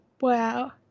Wow